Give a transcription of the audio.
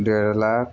डेढ़ लाख